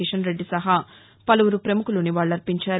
కిషన్ రెడ్డి సహా పలుపురు ప్రముఖులు నివాళులర్పించారు